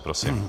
Prosím.